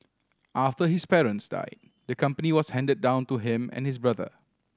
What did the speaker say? after his parents died the company was handed down to him and his brother